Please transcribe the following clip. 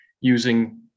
using